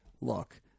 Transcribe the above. look